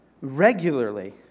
regularly